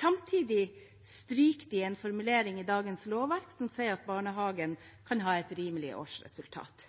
Samtidig stryker de en formulering i dagens lovverk som sier at barnehagen kan ha et rimelig årsresultat.